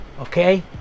okay